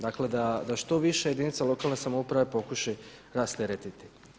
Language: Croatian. Dakle, da što više jedinica lokalne samouprave pokuša rasteretiti.